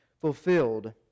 fulfilled